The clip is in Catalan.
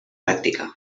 pràctica